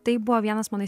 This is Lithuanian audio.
tai buvo vienas mano